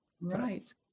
Right